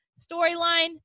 Storyline